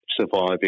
Surviving